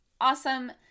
awesome